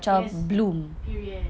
yes period